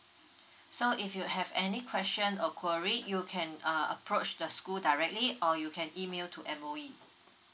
so if you have any question or query you can uh approach the school directly or you can email to M_O_E